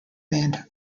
band